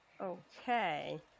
Okay